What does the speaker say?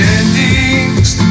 endings